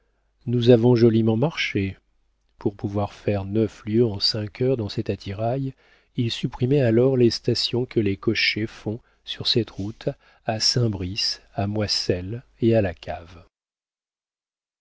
nous avons joliment marché pour pouvoir faire neuf lieues en cinq heures dans cet attirail il supprimait alors les stations que les cochers font sur cette route à saint brice à moisselles et à la cave